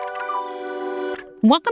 Welcome